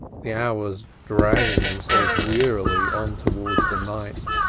the hours dragging themselves wearily on towards the night.